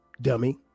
dummy